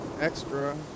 extra